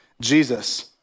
Jesus